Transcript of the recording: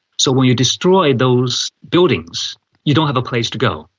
so when you destroy those buildings you don't have a place to go.